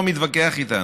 בנהיגה,